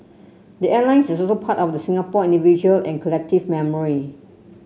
the airline is also part of the Singapore individual and collective memory